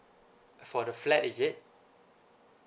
for the flat is it